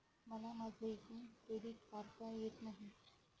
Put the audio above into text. मला माझे एकूण क्रेडिट काढता येत नाही